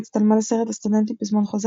הצטלמה לסרט הסטודנטים "פזמון חוזר",